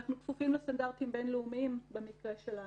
אנחנו כפופים לסטנדרטיים בין-לאומיים במקרה שלנו,